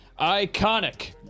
ICONIC